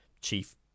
chief